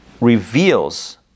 reveals